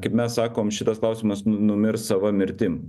kaip mes sakom šitas klausimas numirs sava mirtim